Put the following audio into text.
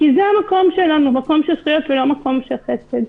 כי זה המקום שלנו של זכויות ולא של חסד.